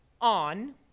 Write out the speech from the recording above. on